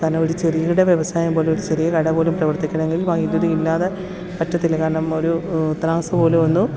കാരണം ഒരു ചെറുകിട വ്യവസായം പോലും ഒരു ചെറിയ കട പോലും പ്രവർത്തിക്കണെങ്കിൽ വൈദ്യുതി ഇല്ലാതെ പറ്റത്തില്ല കാരണം ഒരു ത്രാസു പോലും ഒന്നു